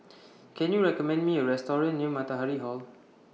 Can YOU recommend Me A Restaurant near Matahari Hall